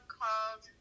called